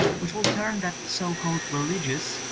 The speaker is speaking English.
which will turn that so-called reli gious,